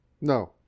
No